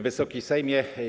Wysoki Sejmie!